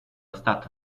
stato